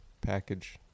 package